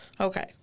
Okay